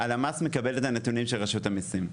הלמ"ס מקבל את הנתונים של רשות המיסים.